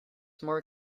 more